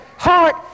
Heart